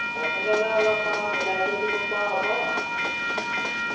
সৰহকৈ ল'লে অলপ আৰু মিলাই কৰি দিব পৰা হ'ব আৰু